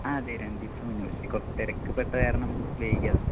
ആ അതെ രണ്ട് ദിവസം മുന്നേ വിളിച്ച് കുറച്ച് തിരക്കിൽ പെട്ടുപോയ കാരണം വൈകിയതാണ്